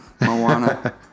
Moana